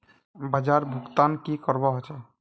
बाजार भुगतान की करवा होचे?